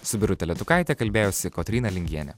su birute letukaite kalbėjosi kotryna lingienė